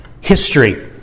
history